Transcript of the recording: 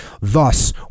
thus